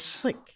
click